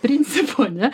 principu ane